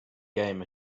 game